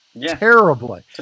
terribly